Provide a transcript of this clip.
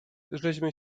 żeśmy